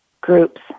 groups